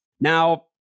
Now